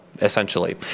essentially